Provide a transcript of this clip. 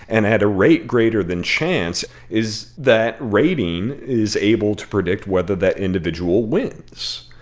and at a rate greater than chance is that rating is able to predict whether that individual wins.